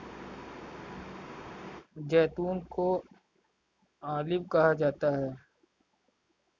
जैतून को ऑलिव कहा जाता है